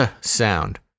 sound